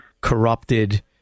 corrupted